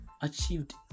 achieved